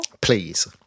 please